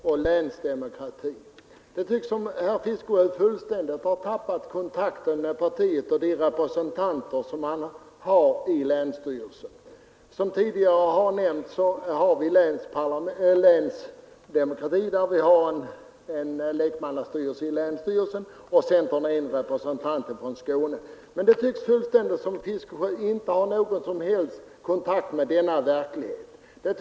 Herr talman! Herr Fiskesjö talar om planering och länsdemokrati. Det tycks som om herr Fiskesjö fullständigt har tappat kontakten med partiet och dess representant i länsstyrelsen. Som tidigare nämnts har vi länsstyrelse och en lekmannastyrelse i länsstyrelsen. Centern har en representant från Skåne, men det förefaller som om herr Fiskesjö inte har någon som helst kontakt med denna verklighet.